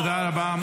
אתם שחררתם אותו.